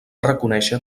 reconèixer